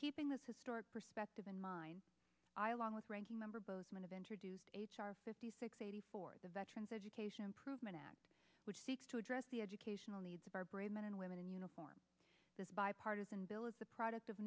keeping this historic perspective in mind i along with ranking member bozeman of introduced h r fifty six eighty four the veterans education improvement act which seeks to address the educational needs of our brave men and women in uniform this bipartisan bill is the product of